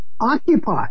Occupy